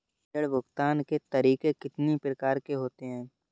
ऋण भुगतान के तरीके कितनी प्रकार के होते हैं?